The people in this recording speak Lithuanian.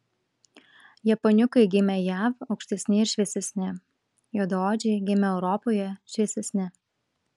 japoniukai gimę jav aukštesni ir šviesesni juodaodžiai gimę europoje šviesesni